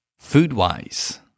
Food-wise